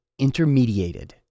Intermediated